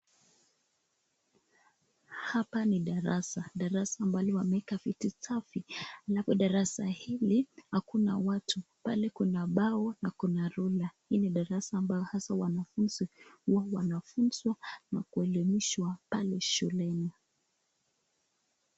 Hapa ni darasa darasa ambalo wameweka viti safi alafu darasa hili hakuna watu pale kuna bao na kuna rula, hii ni darasa ambayo haswa wanafunzi huwa wanafunzwa na kuelimishwa aple shuleni.